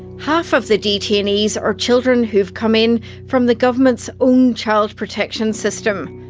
half of the detainees are children who have come in from the government's own child protection system.